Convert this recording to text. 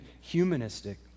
humanistic